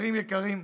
חברים יקרים,